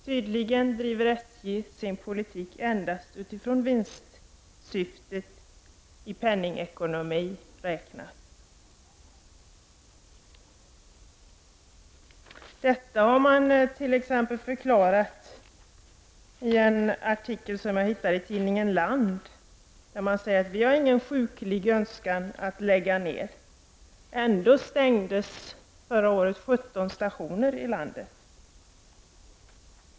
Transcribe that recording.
Tydligen driver SJ sin politik endast utifrån vinstsyftet, i penningekonomiska termer räknat. Detta har man t.ex. förklarat i en artikel som jag hittat i tidningen Land, där man säger att man inte har någon sjuklig önskan att lägga ner. Ändå stängdes förra året 17 stationer i landet.